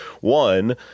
one